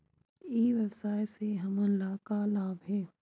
ई व्यवसाय से हमन ला का लाभ हे?